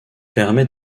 permet